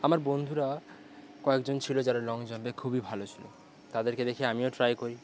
আমার বন্ধুরা কয়েকজন ছিলো যারা লং জাম্পে খুবই ভালো ছিলো তাদেরকে দেখে আমিও ট্রাই করি